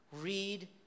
Read